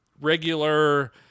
regular